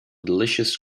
delicious